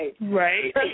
Right